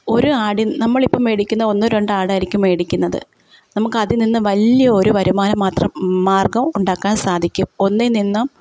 ഒരു ആടിൻ നമ്മളിപ്പം മേടിക്കുന്ന ഒന്നോ രണ്ടോ ആടായിരിക്കും മേടിക്കുന്നത് നമുക്ക് അതിൽ നിന്നു വലിയൊരു വരുമാനം മാത്രം മാർഗ്ഗവും ഉണ്ടാക്കാൻ സാധിക്കും ഒന്നിൽ നിന്നും